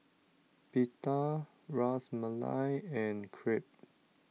Pita Ras Malai and Crepe